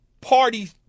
party